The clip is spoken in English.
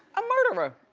a murderer.